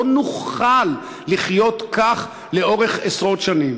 לא נוכל לחיות כך לאורך עשרות שנים.